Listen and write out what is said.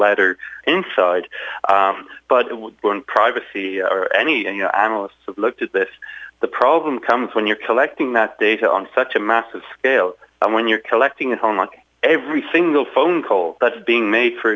letter inside but it would burn privacy or any of your analysts have looked at this the problem comes when you're collecting that data on such a massive scale when you're collecting a home like every single phone call that's being made for